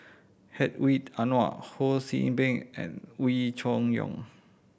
Hedwig Anuar Ho See Beng and Wee Cho Yaw